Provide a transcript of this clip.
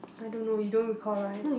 I don't know you don't recall right